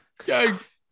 Yikes